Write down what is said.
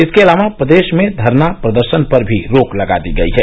इसके अलावा प्रदेश में धरना प्रदर्शन पर भी रोक लगा दी गई है